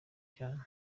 cyane